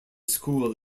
school